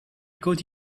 got